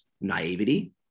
naivety